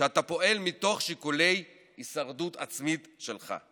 שאתה פועל מתוך שיקולי הישרדות עצמית שלך.